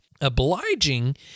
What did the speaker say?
Obliging